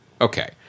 Okay